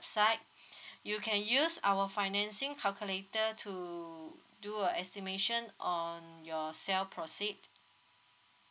website you can use our financing calculator to do a estimation on your sell proceed